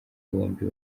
bombi